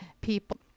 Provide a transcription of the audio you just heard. people